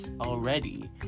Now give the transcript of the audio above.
already